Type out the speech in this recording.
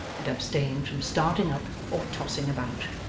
and abstained from starting up or tossing about.